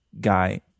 guy